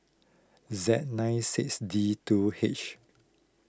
Z nine six D two H